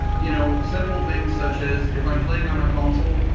you know simple things such as if i'm playing on a console,